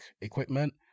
equipment